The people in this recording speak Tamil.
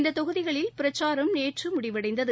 இந்த தொகுதிகளில் பிரச்சாரம் நேற்று முடிவடைந்தது